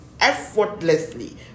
effortlessly